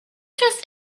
trust